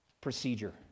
procedure